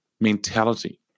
mentality